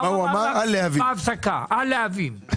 מה הוא אמר לך בהפסקה על "להבים"?